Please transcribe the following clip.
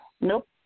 Nope